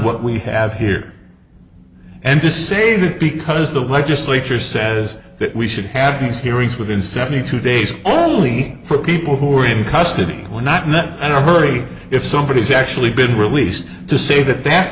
what we have here and to say that because the legislature says that we should have these hearings within seventy two days only for people who are in custody or not in the hurry if somebody has actually been released to say that that